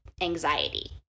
anxiety